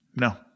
No